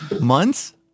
months